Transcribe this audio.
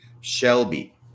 Shelby